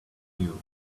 you